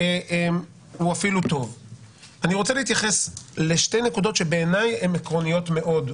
אני רוצה להתייחס לשתי נקודות מאוד עקרוניות בעיניי,